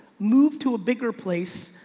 move to a bigger place,